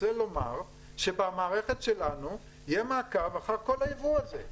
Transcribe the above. רוצה לומר שבמערכת שלנו יהיה מעקב אחרי כל הייבוא הזה,